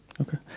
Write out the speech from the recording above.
Okay